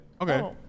Okay